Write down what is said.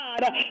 God